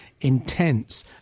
intense